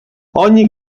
ogni